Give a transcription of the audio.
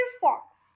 Fox